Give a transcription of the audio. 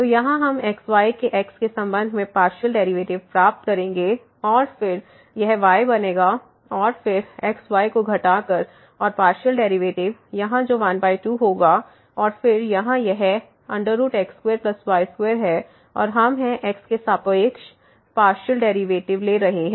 तो यहां हम xy के x के संबंध में पार्शियल डेरिवेटिव प्राप्त करेंगे और फिर यह y बनेगा और फिर xy को घटाकर और पार्शियल डेरिवेटिव यहां जो 12 होगा और फिर यहां यह x2y2 है और हम हैं x के सापेक्ष पार्शियल डेरिवेटिव ले रहे हैं